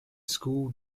school